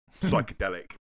Psychedelic